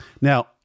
Now